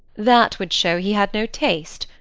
that would show he had no taste,